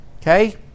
Okay